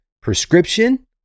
prescription